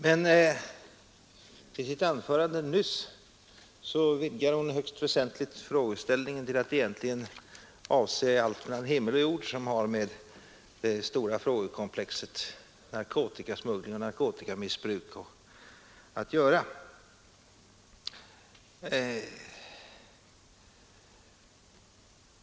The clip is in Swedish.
Men i sitt anförande nyss vidgade hon högst väsentligt frågeställningen till att egentligen avse allt mellan himmel och jord som har med det stora frågekomplexet narkotikasmuggling och narkotikamissbruk att göra.